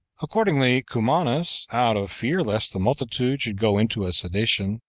accordingly cumanus, out of fear lest the multitude should go into a sedition,